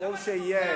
טוב שגם